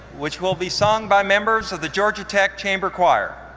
which will be sung by members of the georgia tech chamber choir.